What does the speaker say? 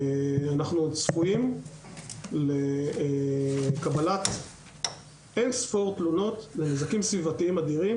אנחנו צפויים לקבלת אין-ספור תלונות לנזקים סביבתיים אדירים